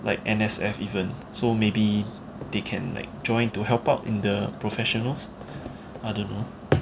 like N_S_F even so maybe they can like join to help out in the professionals I don't know